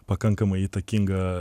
pakankamai įtakinga